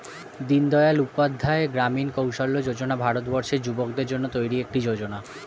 দিনদয়াল উপাধ্যায় গ্রামীণ কৌশল্য যোজনা ভারতবর্ষের যুবকদের জন্য তৈরি একটি যোজনা